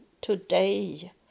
today